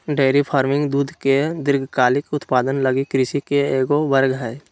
dairy farming दूध के दीर्घकालिक उत्पादन लगी कृषि के एगो वर्ग हइ